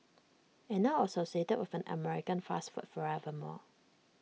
and now associated with an American fast food forever more